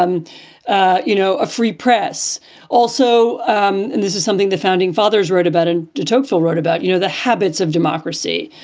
um ah you know, a free press also. and this is something the founding fathers wrote about in de tocqueville, wrote about, you know, the habits of democracy.